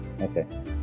Okay